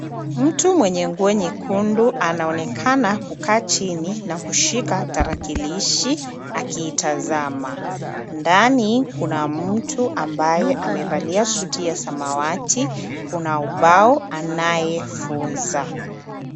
Mtu mwenye nguo nyekundu anaonekana kukaa chini na kushika tarakilishi akiitazama. Ndani kuna mtu ambaye amevalia suti ya samawati, kuna ubao anaye funza.